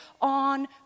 on